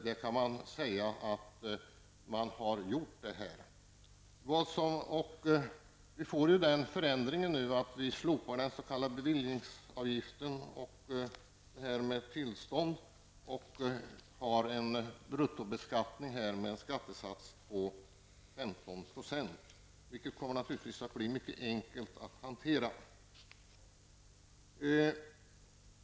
Det kan jag säga att man här har gjort. Vi får nu till stånd den förändringen att vi slopar den s.k. bevillningsavgiften och tillstånden och inför en bruttobeskattning med en skattesats på 15 %, vilket naturligtvis kommer att bli mycket enkelt att hantera.